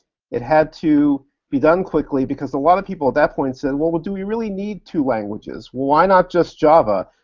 it had to be done quickly, because a lot of people at that point said, well, do we really need two languages? why not just java?